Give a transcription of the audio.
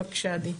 בבקשה עדי.